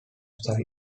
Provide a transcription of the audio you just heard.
side